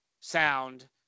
sound